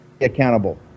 accountable